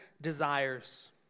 desires